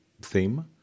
theme